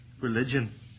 religion